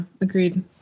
agreed